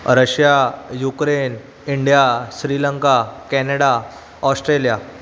Russia Ukraine India Sri Lanka Canada Australia